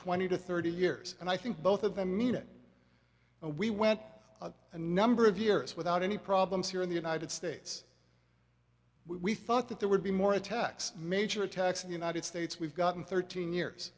twenty to thirty years and i think both of them meaning we went and number of years without any problems here in the united states we thought that there would be more attacks major attacks the united states we've gotten thirteen years